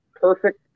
perfect